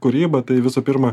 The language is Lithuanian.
kūryba tai visų pirma